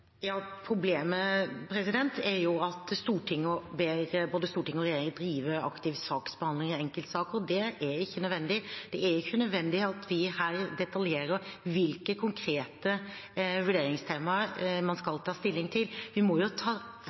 Problemet er at både storting og regjering driver aktiv saksbehandling i enkeltsaker, og det er ikke nødvendig. Det er ikke nødvendig at vi her detaljerer hvilke konkrete vurderingstemaer man skal ta stilling til. Vi må jo